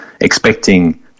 expecting